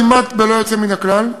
כמעט בלא יוצא מן הכלל,